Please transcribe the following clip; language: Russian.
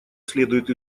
следует